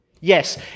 Yes